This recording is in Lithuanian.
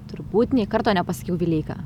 turbūt nė karto nepasakiau vileika